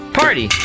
party